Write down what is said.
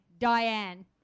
Diane